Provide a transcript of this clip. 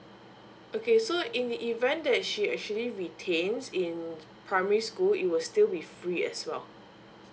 okay so in the event that she actually retains in primary school it will still be free as well